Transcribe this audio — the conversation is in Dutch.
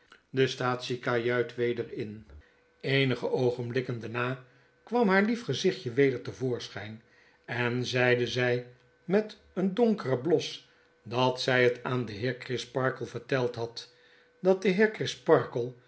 de staatsie kajuit weder in eenige oogenblikken daarna kwam haar lief gezichtje weder te voorschyn en zeide zy met een donkeren bios dat zy het aan den heer crisparkle verteid had dat de